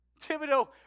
Thibodeau